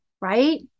Right